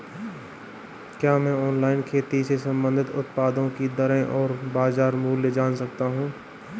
क्या मैं ऑनलाइन खेती से संबंधित उत्पादों की दरें और बाज़ार मूल्य जान सकता हूँ?